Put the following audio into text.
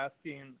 asking